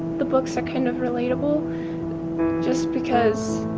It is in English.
the books are kind of relatable just because